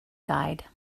guide